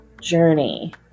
journey